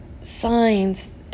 signs